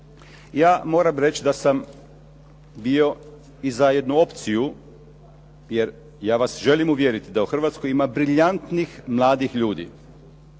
Ja moram reći da sam bio i za jednu opciju jer ja vas želim uvjeriti da u Hrvatskoj ima briljantnih mladih ljudi